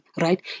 right